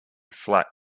flat